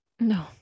No